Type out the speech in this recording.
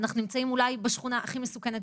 אנחנו נמצאים אולי בשכונה הכי מסוכנת